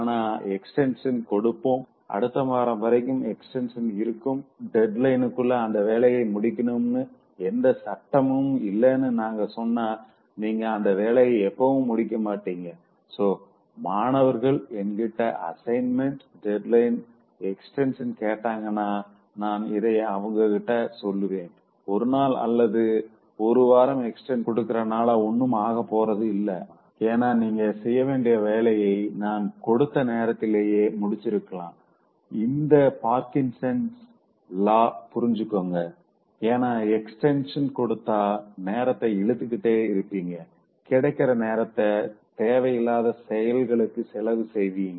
ஆனா எக்ஸ்டென்ஷன் கொடுப்போம் அடுத்த வாரம் வரைக்கும் எக்ஸ்டன்ஷன் இருக்கும் டெட்லைனுக்குள்ள அந்த வேலைய முடிக்கணும்னு எந்த சட்டமும் இல்லனு நாங்க சொன்னா நீங்க அந்த வேலைய எப்பவுமே முடிக்க மாட்டீங்க சோ மாணவர்கள் என்கிட்ட அசைன்மென்ட் டெட்லைனுக்கு எக்ஸ்டென்ஷன் கேட்டாங்கன்னா நான் இதை தான் அவங்ககிட்ட சொல்லுவேன் ஒரு நாள் அல்லது ஒரு வாரம் எக்ஸ்டென்ஷன் கொடுக்கிற நால ஒன்னும் ஆக போறது இல்ல ஏன்னா நீங்க செய்யவேண்டிய வேலைய நான் கொடுத்த நேரத்திலேயே முடிச்சிருக்கலாஇந்த பார்க்கின்சன்ஸ் லாவைParkinsons law புரிஞ்சுக்கங்க ஏன்னா எக்ஸ்டென்ஷன் கொடுத்தா நேரத்த இழுத்துட்டே இருப்பீங்க கிடைக்கிற நேரத்த தேவையில்லாத செயல்களுக்கு செலவு செய்வீங்க